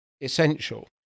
essential